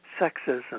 sexism